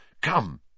Come